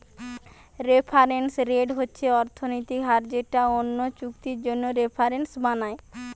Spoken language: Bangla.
রেফারেন্স রেট হচ্ছে অর্থনৈতিক হার যেটা অন্য চুক্তির জন্যে রেফারেন্স বানায়